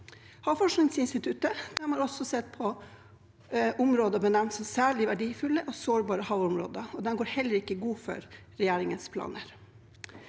Havforskningsinstituttet har også sett på områder som benevnes som «særlig verdifulle og sårbare områder». De går heller ikke god for regjeringens planer.